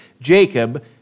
Jacob